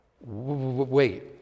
Wait